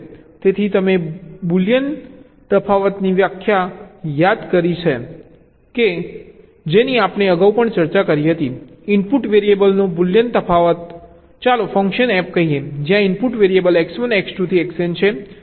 તેથી તમે બુલિયન તફાવતની વ્યાખ્યા યાદ કરી છે જેની આપણે અગાઉ પણ ચર્ચા કરી હતી ઇનપુટ વેરીએબલનો બુલિયન તફાવત ચાલો ફંક્શન f કહીએ જ્યાં ઇનપુટ વેરીએબલ X1 X2 થી Xn છે